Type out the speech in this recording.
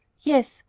yes.